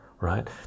right